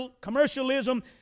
commercialism